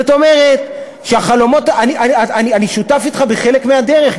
אני שותף אתך בחלק מהדרך,